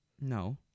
No